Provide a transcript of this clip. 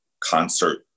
concert